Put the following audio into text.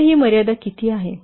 तर ही मर्यादा किती आहे